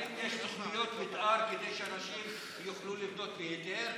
האם יש תוכניות מתאר כדי שאנשים יוכלו לבנות בהיתר?